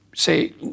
say